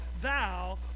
Thou